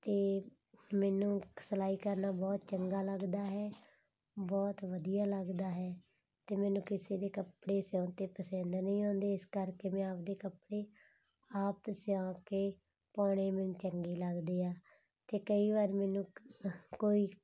ਅਤੇ ਮੈਨੂੰ ਇੱਕ ਸਿਲਾਈ ਕਰਨਾ ਬਹੁਤ ਚੰਗਾ ਲੱਗਦਾ ਹੈ ਬਹੁਤ ਵਧੀਆ ਲੱਗਦਾ ਹੈ ਅਤੇ ਮੈਨੂੰ ਕਿਸੇ ਦੇ ਕੱਪੜੇ ਸਿਉਂਤੇ ਪਸੰਦ ਨਹੀਂ ਆਉਂਦੇ ਇਸ ਕਰਕੇ ਮੈਂ ਆਪਣੇ ਕੱਪੜੇ ਆਪ ਸਿਉਂ ਕੇ ਪਾਉਣੇ ਮੈਨੂੰ ਚੰਗੇ ਲੱਗਦੇ ਆ ਣੇਤੇ ਕਈ ਵਾਰ ਮੈਨੂੰ ਕੋਈ